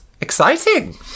exciting